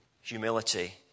humility